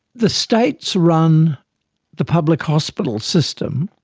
the states run the public hospital system